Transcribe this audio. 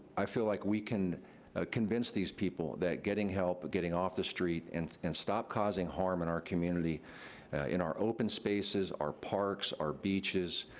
i feel like we can convince these people that getting help, getting off the street and and stop causing harm in our community in our open spaces, our parks, our beaches,